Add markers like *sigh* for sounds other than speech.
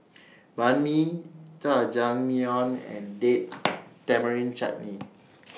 Banh MI Jajangmyeon and Date *noise* Tamarind Chutney